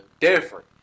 different